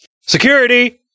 Security